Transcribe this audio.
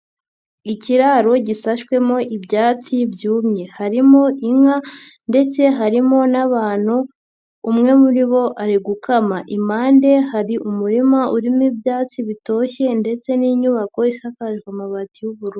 Ikiraro gisashwemo ibyatsi byumye, harimo inka ndetse harimo n'abantu, umwe muri bo ari gukama, impande hari umurima urimo ibyatsi bitoshye ndetse n'inyubako isakajwe amabati y'ubururu.